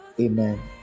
Amen